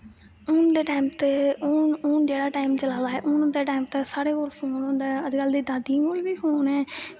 हून दे टैम ते हून जेह्ड़ा टैम चला दा हून दै टैम ते साढ़ै कोल फोन होंदा ऐ अजकल्ल दियें दादियैं कोल बी फोन ऐं